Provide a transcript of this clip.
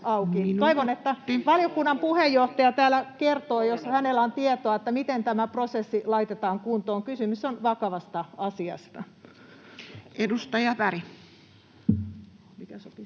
Toivon, että valiokunnan puheenjohtaja täällä kertoo, jos hänellä on tietoa, miten tämä prosessi laitetaan kuntoon. Kysymys on vakavasta asiasta. [Speech 229]